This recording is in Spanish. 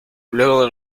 luego